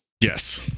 Yes